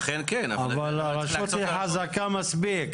אבל הרשות חזקה מספיק,